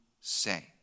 say